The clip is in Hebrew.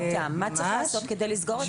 מה צריך לעשות כדי לסגור את הפרצות האלה?